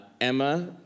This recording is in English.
Emma